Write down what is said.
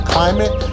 Climate